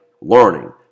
Learning